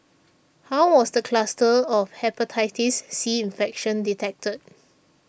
how was the cluster of Hepatitis C infection detected